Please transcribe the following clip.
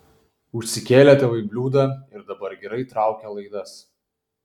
užsikėlė tėvai bliūdą ir dabar gerai traukia laidas